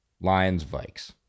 Lions-Vikes